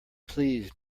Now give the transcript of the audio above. please